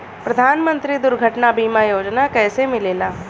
प्रधानमंत्री दुर्घटना बीमा योजना कैसे मिलेला?